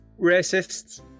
racists